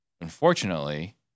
Unfortunately